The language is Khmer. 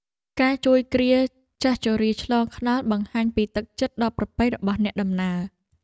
ការជួយគ្រាហ៍ចាស់ជរាឆ្លងថ្នល់បង្ហាញពីទឹកចិត្តដ៏ប្រពៃរបស់អ្នកដំណើរ។